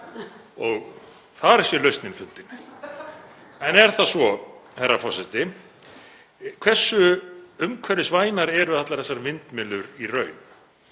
og þar sé lausnin fundin. En er það svo, herra forseti? Hversu umhverfisvænar eru allar þessar vindmyllur í raun?